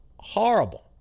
Horrible